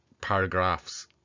paragraphs